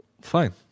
Fine